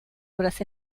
obras